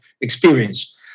experience